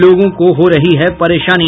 लोगों को हो रही है परेशानी